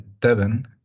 Devin